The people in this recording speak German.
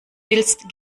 willst